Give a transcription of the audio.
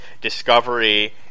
Discovery